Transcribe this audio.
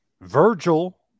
Virgil